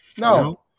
No